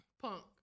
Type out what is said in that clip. Punk